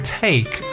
take